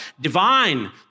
divine